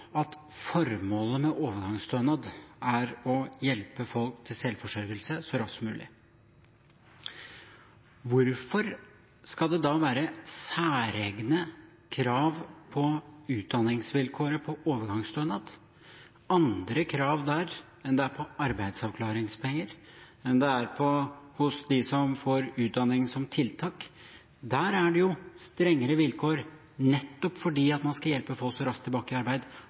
at formålet med overgangsstønad er å hjelpe folk til selvforsørgelse så raskt som mulig. Hvorfor skal det da være særegne krav til utdanningsvilkåret på overgangsstønad, andre krav der, enn det er på arbeidsavklaringspenger, enn det er hos dem som får utdanning som tiltak? Der er det jo strengere vilkår nettopp fordi man skal hjelpe folk raskt tilbake i arbeid.